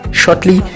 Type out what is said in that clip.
shortly